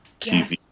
TV